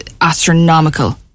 astronomical